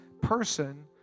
person